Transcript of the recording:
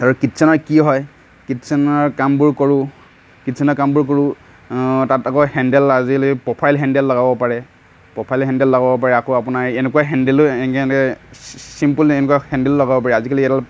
আৰু কীটচেনৰ কি হয় কীটচেনৰ কামবোৰ কৰোঁ কীটচেনৰ কামবোৰ কৰোঁ তাত আকৌ হেন্দেল আজিকালি প্ৰফাইল হেন্দেল লগাব পাৰে প্ৰফাইল হেন্দেল লগাব পাৰে আকৌ আপোনাৰ এনেকুৱা হেন্দেলো এনেকৈ এনেকৈ চিম্পল এনেকুৱা হেন্দেলো লগাব পাৰে আজিকালি এডাল